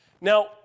Now